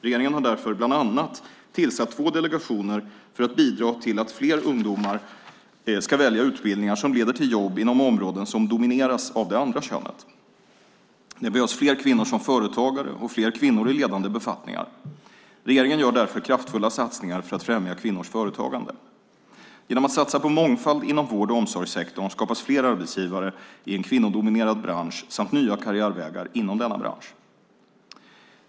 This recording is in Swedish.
Regeringen har därför bland annat tillsatt två delegationer för att bidra till att fler ungdomar ska välja utbildningar som leder till jobb inom områden som domineras av det andra könet. Det behövs fler kvinnor som företagare och fler kvinnor i ledande befattningar. Regeringen gör därför kraftfulla satsningar för att främja kvinnors företagande. Genom att satsa på mångfald inom vård och omsorgssektorn skapas fler arbetsgivare i en kvinnodominerad bransch samt nya karriärvägar inom denna bransch.